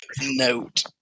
note